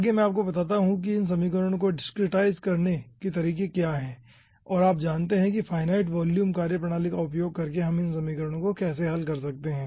आगे मैं आपको बताता हूं कि इन समीकरणों को डिस्क्रीटाईज करने के तरीके क्या हैंऔर आप जानते है कि फिनाइट वॉल्यूम कार्यप्रणाली का उपयोग करके हम इन समीकरणों को कैसे हल कर सकते हैं